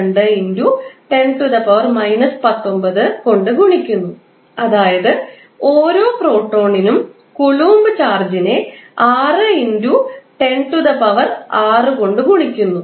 602 ∗ 10 19 കൊണ്ട് ഗുണിക്കുന്നു അതായത് ഓരോ പ്രോട്ടോണിനും കൂലോംബ് ചാർജിനെ 6 ∗ 106 കൊണ്ട് ഗുണിക്കുന്നു